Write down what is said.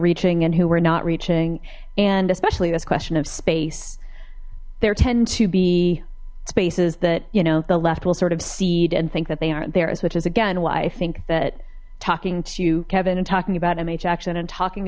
reaching and who we're not reaching and especially this question of space there tend to be spaces that you know the left will sort of seed and think that they aren't there so is again why i think that talking to kevin and talking about mh action and talking